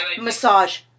Massage